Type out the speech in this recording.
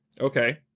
Okay